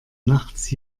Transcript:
nachts